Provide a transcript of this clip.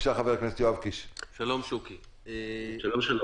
תדבר למיקרופון כי לא שומעים.